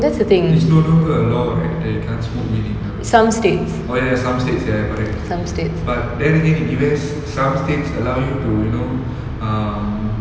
it's no longer a law right that you can't smoke weed in err oh ya some states ya correct but then again in U_S some states allow you to you know um